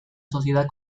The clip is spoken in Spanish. sociedad